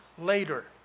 later